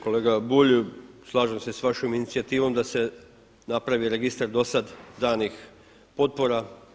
Kolega Bulj, slažem sa s vašom inicijativom da se napravi registar do sada danih potpora.